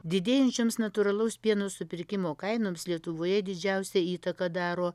didėjančioms natūralaus pieno supirkimo kainoms lietuvoje didžiausią įtaką daro